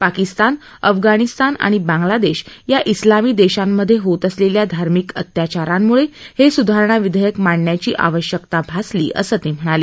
पाकिस्तान अफगाणिस्तान आणि बांगलादेश या इस्लामी देशांमध्ये होत असलेल्या धार्मिक अत्याचारांमुळे हे सुधारणा विधेयक मांडण्याची आवश्यकता भासली असं ते म्हणाले